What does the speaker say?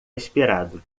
esperado